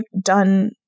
done